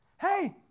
Hey